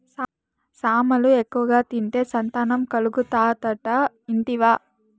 సామలు ఎక్కువగా తింటే సంతానం కలుగుతాదట ఇంటివా